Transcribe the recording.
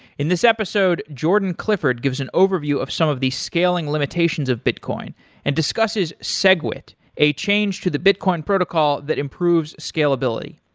in this episode, jordan clifford gives an overview of some of the scaling limitations of bitcoin and discusses segwit a change to the bitcoin protocol that improves scalability.